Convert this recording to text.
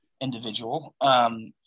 individual